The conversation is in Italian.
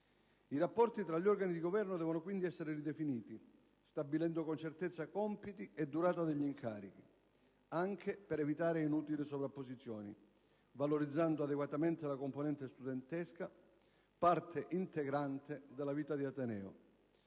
I rapporti tra gli organi di governo devono quindi essere ridefiniti, stabilendo con certezza compiti e durata degli incarichi (anche per evitare inutili sovrapposizioni) e valorizzando adeguatamente la componente studentesca, parte integrante della vita di ateneo.